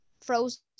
frozen